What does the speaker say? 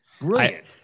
Brilliant